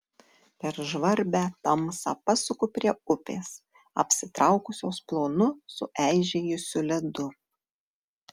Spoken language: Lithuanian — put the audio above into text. per žvarbią tamsą pasuku prie upės apsitraukusios plonu sueižėjusiu ledu